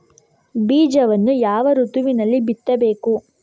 ಬೀಜವನ್ನು ಯಾವ ಋತುವಿನಲ್ಲಿ ಬಿತ್ತಬೇಕು?